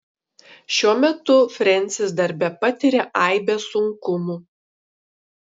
šiuo metu frensis darbe patiria aibę sunkumų